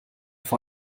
vor